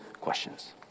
questions